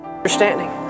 understanding